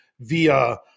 via